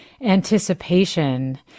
anticipation